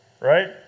right